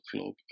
club